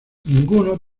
ninguno